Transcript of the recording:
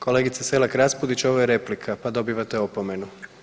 Kolegice Selak Raspudić ovo je replika, pa dobivate opomenu.